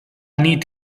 nit